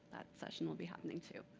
that session will be happening, too.